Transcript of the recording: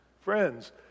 friends